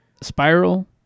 Spiral